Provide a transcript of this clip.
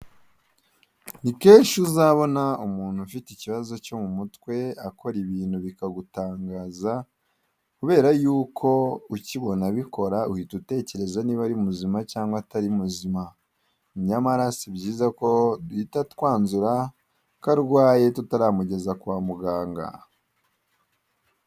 Ni kenshi uzabona umuntu ufite ikibazo cyo mu mutwe akora ibintu bikagutangaza kubera y'uko ukibona abikora uhita utekereza niba ari muzima cyangwa atari muzima nyamara si byiza ko duhita twanzura ko arwaye tutaramugeza kwa muganga.